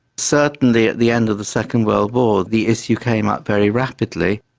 certainly at the end of the second world war the issue came up very rapidly,